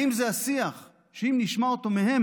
האם זה השיח שאם נשמע אותו מהם,